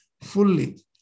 fully